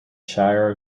shire